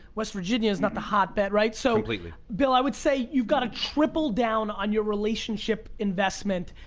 west virginia is not the hot bed right? so completely. bill, i would say, you've gotta triple down on your relationship investment,